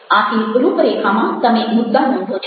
આથી રૂપરેખામાં તમે મુદ્દા નોંધો છો